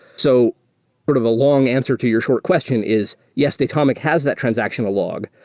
so but of a long answer to your short question is, yes, datomic has that transactional log,